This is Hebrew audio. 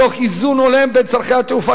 תוך איזון הולם בין צורכי התעופה,